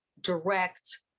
direct